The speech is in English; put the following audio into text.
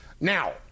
now